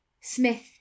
Smith